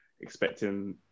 expecting